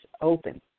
open